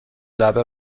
لبه